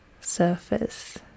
surface